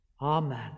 amen